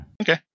Okay